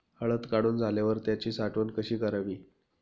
हळद काढून झाल्यावर त्याची साठवण कशी करावी?